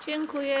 Dziękuję.